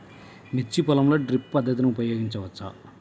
మిర్చి పొలంలో డ్రిప్ పద్ధతిని ఉపయోగించవచ్చా?